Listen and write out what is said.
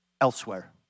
elsewhere